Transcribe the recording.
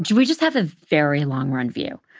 we just have a very long run view.